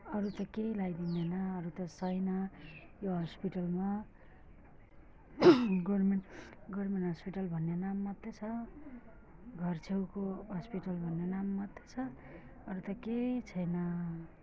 अरू त केही लगाइदिँदैन अरू त छैन यो हस्पिटलमा गभर्मेन्ट गभर्मेन्ट हस्पिटल भन्ने नाम मात्रै छ घरछेउको हस्पिटल भन्नु नाम मात्रै छ अरू त केही छैन